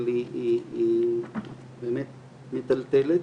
אבל היא באמת מטלטלת,